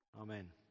amen